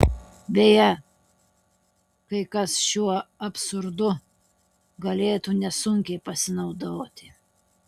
beje kai kas šiuo absurdu galėtų nesunkiai pasinaudoti